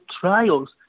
trials